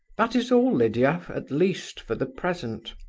that is all, lydia, at least for the present.